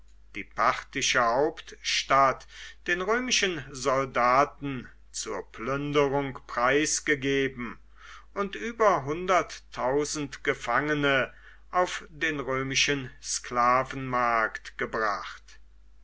die parthische hauptstadt den römischen soldaten zur plünderung preisgegeben und über hunderttausend gefangene auf den römischen sklavenmarkt gebracht